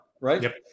right